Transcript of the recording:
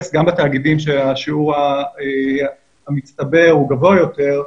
גם בתאגידים שהשיעור המצטבר הוא גבוה יותר.